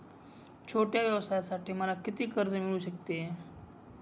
छोट्या व्यवसायासाठी मला किती कर्ज मिळू शकते?